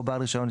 או בעל הרישיון,